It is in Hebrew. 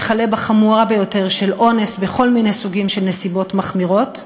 וכלה בחמורה ביותר של אונס בכל מיני סוגים של נסיבות מחמירות.